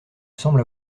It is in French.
semble